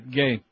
gay